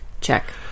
check